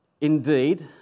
Indeed